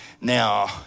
Now